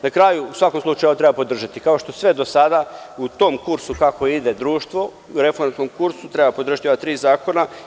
Na kraju, u svakom slučaju, ovo treba podržati, kao što sve do sada, u tom kursu kako ide društvo, reformskom kursu treba podržati ova tri zakona.